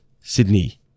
Sydney